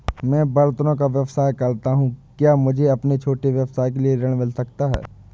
मैं बर्तनों का व्यवसाय करता हूँ क्या मुझे अपने छोटे व्यवसाय के लिए ऋण मिल सकता है?